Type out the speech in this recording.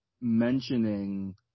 mentioning